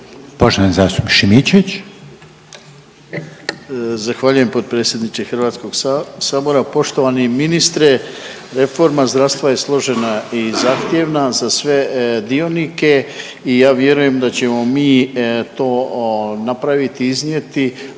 Rade (HDZ)** Zahvaljujem potpredsjedniče Hrvatskog sabora. Poštovani ministre, reforma zdravstva je složena i zahtjevna za sve dionike i ja vjerujem da ćemo mi to napraviti, iznijeti,